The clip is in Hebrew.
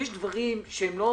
יש דברים שהם לא